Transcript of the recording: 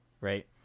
Right